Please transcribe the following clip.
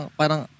parang